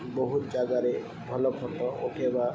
ବହୁତ ଜାଗାରେ ଭଲ ଫଟୋ ଉଠେଇବା